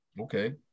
Okay